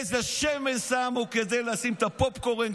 איזה שמן שמו כדי לשים את הפופקורן,